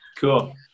cool